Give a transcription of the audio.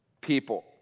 people